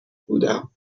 بودم